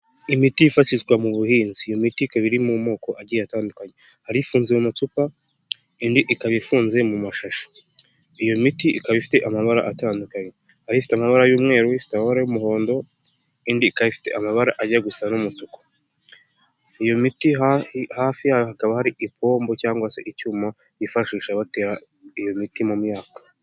Imiti yifashishwa mu buhinzi, iyo imiti ika kabiri iri mu moko agiye atandukanye, hari ifunze amacupa, indi ikaba ifunze mu mashashi, iyo miti ikaba ifite amabara atandukanye, hari ifite amabara y'umweru, ifite y'umuhondo, indi ikaba ifite amabara ajya gusa n'umutuku, iyo miti hafi yayo hakaba hari ipombo cyangwa se icyuma cyifashisha batera iyo miti mu myaka.